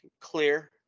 clear